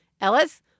Ellis